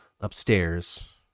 upstairs